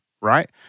right